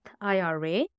IRA